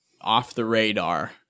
off-the-radar